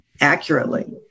accurately